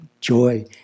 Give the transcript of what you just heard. joy